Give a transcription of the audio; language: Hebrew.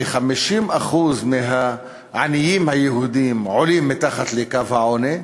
כ-50% מהעניים היהודים עולים מתחת לקו העוני,